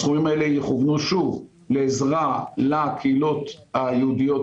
הסכומים האלה יכוונו לעזרה לקהילות היהודיות